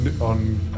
on